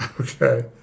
Okay